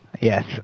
Yes